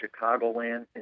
Chicagoland